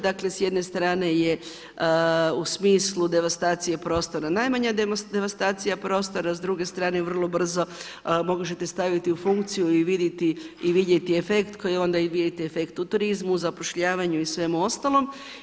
Dakle s jedne strane je u smislu devastacije prostora, najmanja devastacija prostora, s druge strane vrlo brzo možete staviti u funkciju i vidjeti efekt koji onda, i vidjeti efekt u turizmu, zapošljavanju i svemu ostalom.